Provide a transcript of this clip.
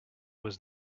was